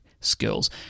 skills